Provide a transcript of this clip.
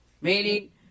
Meaning